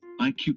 IQ